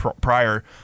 prior